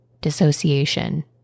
dissociation